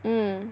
mm